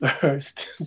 first